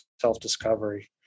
self-discovery